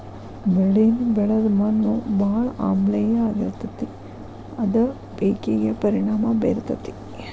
ಬೆಳಿನ ಬೆಳದ ಮಣ್ಣು ಬಾಳ ಆಮ್ಲೇಯ ಆಗಿರತತಿ ಅದ ಪೇಕಿಗೆ ಪರಿಣಾಮಾ ಬೇರತತಿ